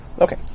Okay